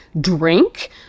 drink